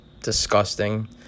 disgusting